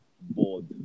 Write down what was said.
board